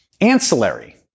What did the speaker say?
ancillary